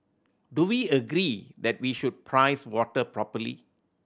do we agree that we should price water properly